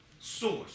source